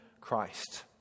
Christ